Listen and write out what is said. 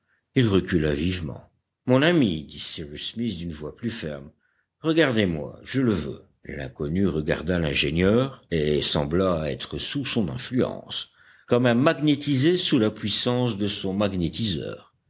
il recula vivement mon ami dit cyrus smith d'une voix plus ferme regardez-moi je le veux l'inconnu regarda l'ingénieur et sembla être sous son influence comme un magnétisé sous la puissance de son magnétiseur